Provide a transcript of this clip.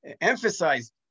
emphasize